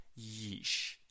Yeesh